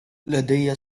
لدي